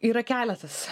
yra keletas